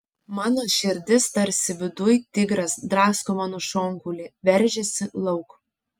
mano širdis tarsi viduj tigras drasko mano šonkaulį veržiasi lauk